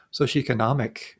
socioeconomic